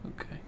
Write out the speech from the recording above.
Okay